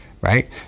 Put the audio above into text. right